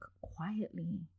quietly